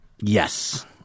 Yes